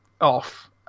off